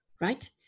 right